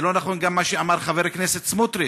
לא נכון גם מה שאמר חבר הכנסת סמוטריץ,